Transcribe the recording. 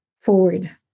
forward